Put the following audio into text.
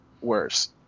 worse